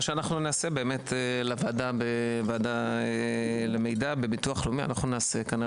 אנחנו נעשה בוועדה למידע בביטוח לאומי כנראה,